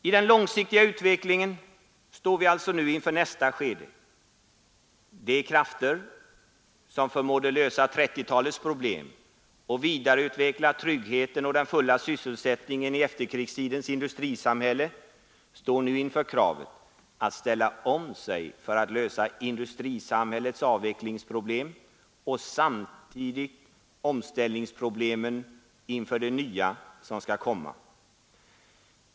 I den långsiktiga utvecklingen står vi nu alltså inför nästa skede. De krafter som förmådde lösa 1930-talets problem och vidareutveckla tryggheten och den fulla sysselsättningen i efterkrigstidens industrisamhälle tvingas nu att ställa om sig för att kunna lösa industrisamhällets avvecklingsproblem och samtidigt omställningsproblemen inför det nya som skall komma.